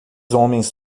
homens